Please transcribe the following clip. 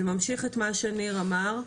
זה ממשיך את מה שניר אמר.